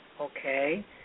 Okay